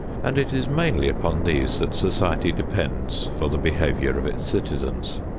and it is mainly upon these that society depends for the behavior of its citizens.